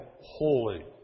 holy